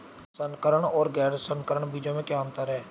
संकर और गैर संकर बीजों में क्या अंतर है?